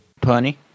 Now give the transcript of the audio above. Pony